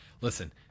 Listen